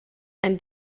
and